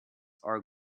are